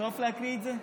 בסוף להקריא את זה?